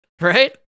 right